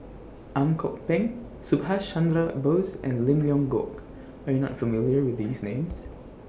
Ang Kok Peng Subhas Chandra Bose and Lim Leong Geok Are YOU not familiar with These Names